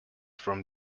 from